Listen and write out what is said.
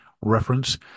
reference